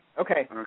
Okay